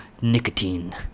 nicotine